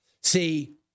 See